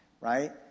right